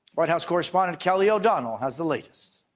white house correspondent kelly o'donnell has the latest.